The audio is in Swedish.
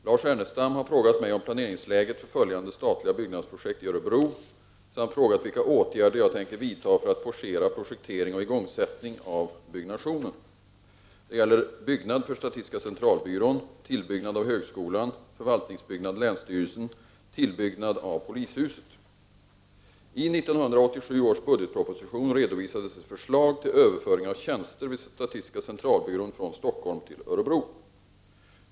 Herr talman! Lars Ernestam har frågat mig om planeringsläget för följande statliga byggnadsprojekt i Örebro samt frågat vilka åtgärder jag tänker vidta för att forcera projektering och igångsättning av byggnation. Det gäller I 1987 års budgetproposition redovisades ett förslag till överföring av tjänster vid statistiska centralbyrån från Stockholm till Örebro.